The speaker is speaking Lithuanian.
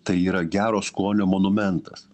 tai yra gero skonio monumentas